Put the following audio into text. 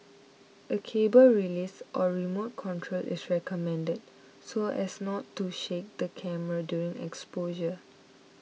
a cable release or remote control is recommended so as not to shake the camera during exposure